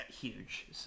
huge